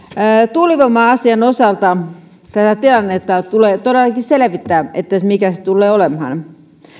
tuulivoima asian osalta tätä tilannetta tulee todellakin selvittää mikä se tulee olemaan